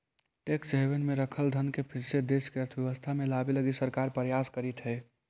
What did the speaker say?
tax haven में रखल धन के फिर से देश के अर्थव्यवस्था में लावे लगी सरकार प्रयास करीतऽ हई